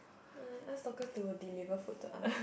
I ask Dorcas to were deliver food to us